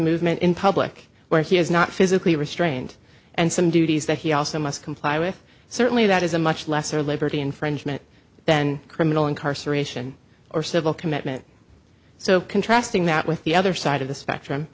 movement in public where he is not physically restrained and some duties that he also must comply with certainly that is a much lesser liberty infringement than criminal incarceration or civil commitment so contrasting that with the other side of the spectrum